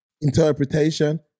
interpretation